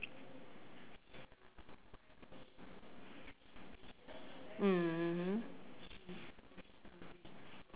mmhmm